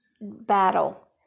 battle